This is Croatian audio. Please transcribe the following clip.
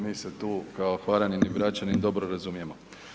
Mi se tu kao Hvaranin i Bračanin dobro razumijemo.